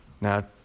Now